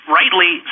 rightly